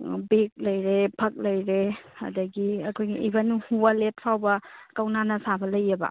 bag ꯂꯩꯔꯦ ꯐꯛ ꯂꯩꯔꯦ ꯑꯗꯒꯤ ꯑꯩꯈꯣꯏꯒꯤ ꯏꯕꯟ ꯋꯥꯜꯂꯦꯠ ꯐꯥꯎꯕ ꯀꯧꯅꯥꯅ ꯁꯥꯕ ꯂꯩꯌꯦꯕ